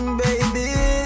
baby